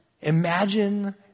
Imagine